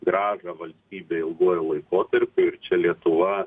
grąžą valstybei ilguoju laikotarpiu ir čia lietuva